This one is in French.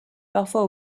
parfois